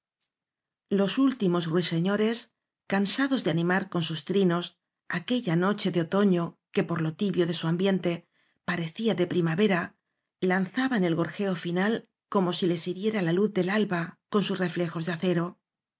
los últimos ruiseñores cansados de ani mar con sus trinos aquella noche de otoño que por lo tibio de su ambiente parecía de prima vera lanzaban el jorgeo final como si les hi riera la luz del alba con sus reflejos de acero